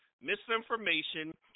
misinformation